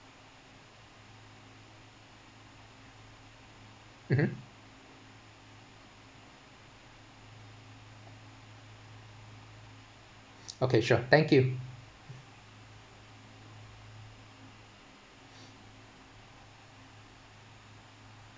mmhmm okay sure thank you